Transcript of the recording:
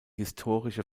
historische